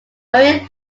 murray